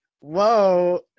whoa